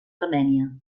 armènia